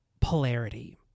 polarity